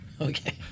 Okay